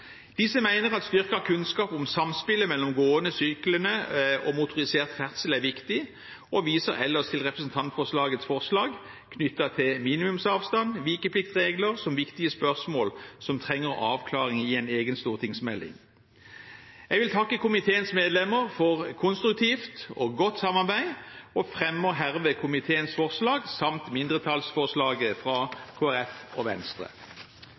Disse mener at styrket kunnskap om samspillet mellom gående, syklende og motorisert ferdsel er viktig og viser ellers til representantforslagets forslag knyttet til minimumsavstand og vikepliktsregler som viktige spørsmål som trenger avklaring i en egen stortingsmelding. Jeg vil takke komiteens medlemmer for konstruktivt og godt samarbeid og anbefaler herved komiteens innstilling samt tar opp mindretallsforslaget fra Kristelig Folkeparti og Venstre.